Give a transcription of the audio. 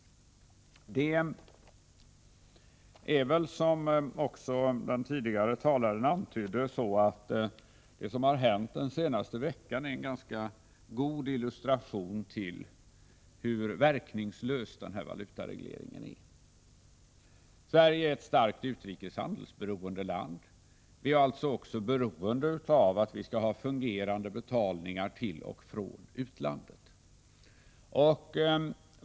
Som också den föregående talaren antydde är det som hänt den senaste veckan en ganska god illustration till hur verkningslös valutaregleringen är. Sverige är ett starkt utrikeshandelsberoende land. Vi är alltså också beroende av att ha fungerande betalningar till och från utlandet.